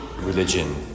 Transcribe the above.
religion